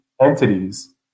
entities